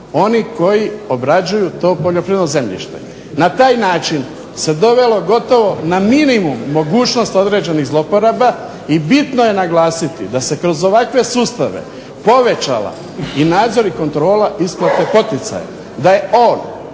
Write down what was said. oni koji obrađuju to poljoprivredno zemljište. Na taj način se dovelo gotovo na minimum mogućnost određenih zloporaba i bitno je naglasiti da se kroz ovakve sustave povećala i nadzor i kontrola isplate poticaja,